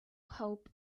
hope